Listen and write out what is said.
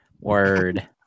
Word